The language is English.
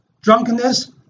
drunkenness